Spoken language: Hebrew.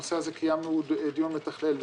הנושא הזה קיימנו דיון מתכלל,